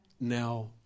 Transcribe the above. now